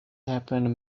happened